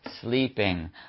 sleeping